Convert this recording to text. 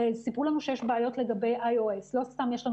הרי סיפרו לנו שיש בעיות לגבי IOS. לא סתם יש לנו